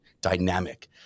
dynamic